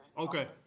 Okay